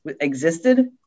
existed